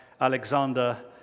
Alexander